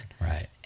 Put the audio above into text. Right